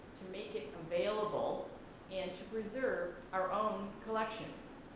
to make it available and to preserve our own collections,